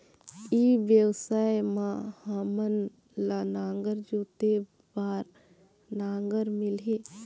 ई व्यवसाय मां हामन ला नागर जोते बार नागर मिलही?